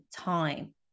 time